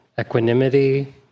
Equanimity